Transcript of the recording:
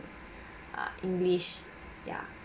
err english ya